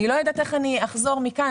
אני לא יודעת איך אני אחזור מכאן,